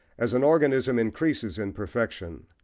as an organism increases in perfection,